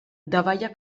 davalla